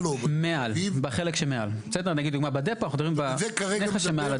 16:15 או 16:30. אנחנו נסיים היום